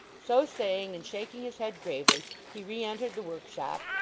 so saying, and shaking his head gravely, he re-entered the workshop,